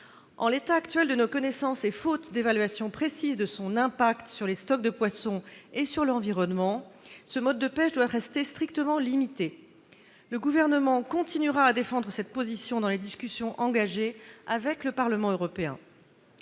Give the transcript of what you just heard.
En l'état actuel de nos connaissances et faute d'évaluation précise de son impact sur les stocks de poissons et sur l'environnement, ce mode de pêche doit rester strictement limité. Le Gouvernement continuera donc à défendre cette position dans les discussions engagées avec le Parlement européen.